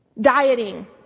Dieting